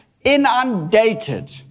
inundated